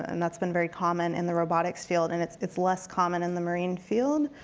and that's been very common in the robotics field, and it's it's less common in the marine field.